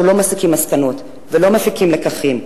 לא מסיקים מסקנות ולא מפיקים לקחים.